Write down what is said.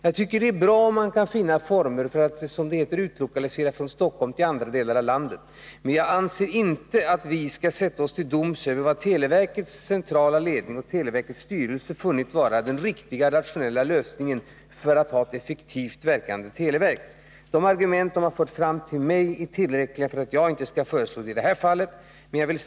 Jag tycker det är bra, om man kan finna former för att, som det heter, utlokalisera från Stockholm till andra delar av landet, men jag anser inte att vi skall sätta oss till doms över vad televerkets centrala ledning och televerkets styrelse funnit vara den riktiga och rationella lösningen för att få ett effektivt fungerande televerk. De argument som man har framfört är tillräckliga för att jag i det här fallet inte skall föreslå en flyttning.